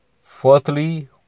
Fourthly